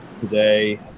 today